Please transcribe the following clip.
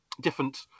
different